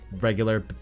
regular